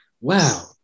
wow